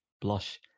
blush